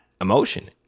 emotion